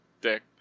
Dick